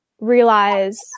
realize